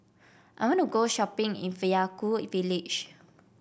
I want to go shopping in Vaiaku village